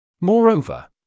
Moreover